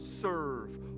serve